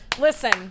Listen